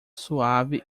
suave